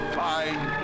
fine